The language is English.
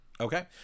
Okay